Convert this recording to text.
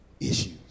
issues